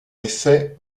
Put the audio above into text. effet